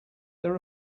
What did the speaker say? there